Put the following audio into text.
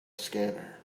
scanner